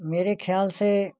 मेरे ख्याल से